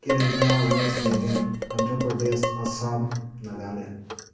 Kerala west Bengal Andhra Pradesh Assam Nagaland